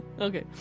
Okay